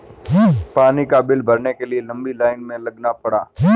पानी का बिल भरने के लिए लंबी लाईन में लगना पड़ा